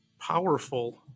powerful